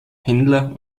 händler